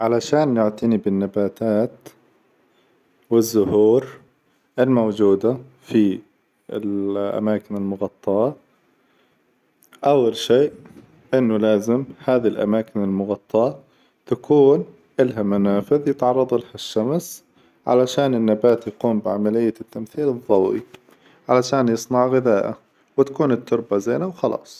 علشان نعتني بالنباتات والزهور الموجودة في الأماكن المغطاء، أول شيء، إنه لازم هذي الأماكن المغطاء تكون إلها منافذ يتعرظ لها الشمس علشان يقوم النبات بعملية التمثيل الظوئي علشان يصنع غذاءة وتكون التربة جيدة وخلاص.